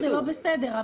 זה שהם לא באו זה לא בסדר.